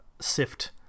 sift